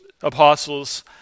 apostles